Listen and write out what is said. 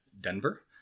Denver